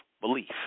belief